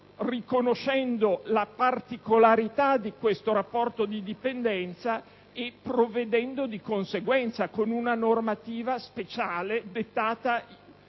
riconoscendo la particolarità di questo rapporto di dipendenza e provvedendo di conseguenza con una normativa speciale, disegnata